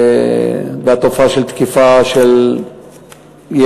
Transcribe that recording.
והתופעה של תקיפה של ילדים,